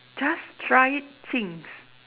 just try it things